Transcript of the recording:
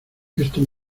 esto